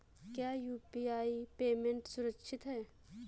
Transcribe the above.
क्या UPI payment सुरक्षित है?